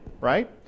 right